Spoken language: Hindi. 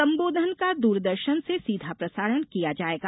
संबोधन का द्रदर्शन से सीधा प्रसारण किया जाएगा